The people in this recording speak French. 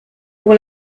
pour